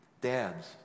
Dads